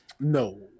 No